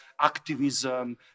activism